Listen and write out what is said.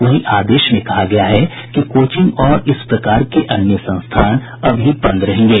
वहीं आदेश में कहा गया है कि कोचिंग और इस प्रकार के अन्य संस्थान अभी बंद रहेंगे